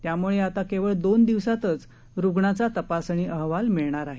त्यामुळे आता केवळ दोन दिवसांत रुग्णाचा स्वॅब तपासणी अहवाल मिळणार आहे